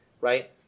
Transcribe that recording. right